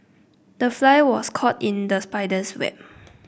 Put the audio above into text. the fly was caught in the spider's web